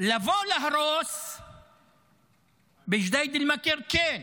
לבוא להרוס בג'דיידה-מכר, כן,